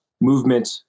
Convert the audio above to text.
movement